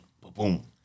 boom